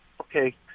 okay